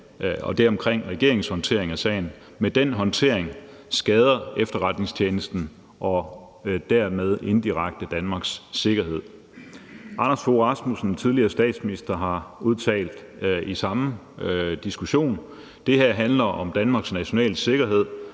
2022 omkring regeringens håndtering af sagen: »Men den håndtering skader efterretningstjenesten og dermed indirekte Danmarks sikkerhed.« Anders Fogh Rasmussen, tidligere statsminister, har udtalt i forbindelse med samme diskussion, at det her handler om Danmarks nationale sikkerhed,